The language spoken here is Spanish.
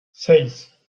seis